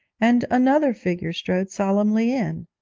and another figure strode solemnly in.